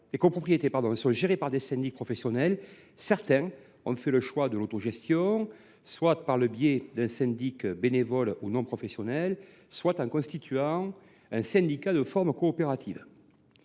des copropriétés sont gérées par des syndics professionnels, certaines ont fait le choix de l’autogestion, soit par le biais d’un syndic bénévole ou non professionnel, soit en constituant un syndicat de forme coopérative.